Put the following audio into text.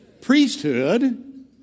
priesthood